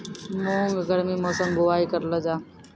मूंग गर्मी मौसम बुवाई करलो जा?